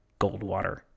Goldwater